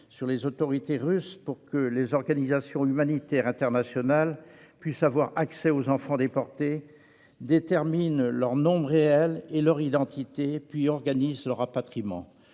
sur les autorités russes pour que les organisations humanitaires internationales puissent avoir accès aux enfants déportés, déterminer leur nombre réel et leur identité, puis organiser leur rapatriement.